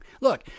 Look